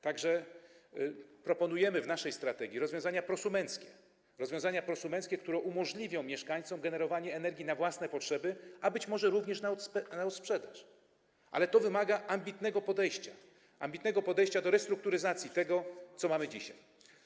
Tak że proponujemy w naszej strategii rozwiązania prosumenckie, rozwiązania prosumenckie, które umożliwią mieszkańcom generowanie energii na własne potrzeby, a być może również na odsprzedaż, ale to wymaga ambitnego podejścia do restrukturyzacji tego, co mamy dzisiaj.